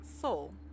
soul